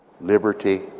liberty